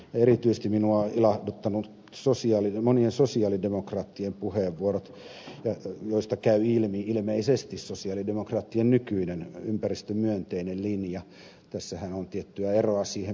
erityisesti minua ovat ilahduttaneet monien sosialidemokraattien puheenvuorot joista käy ilmi ilmeisesti sosialidemokraattien nykyinen ympäristömyönteinen linja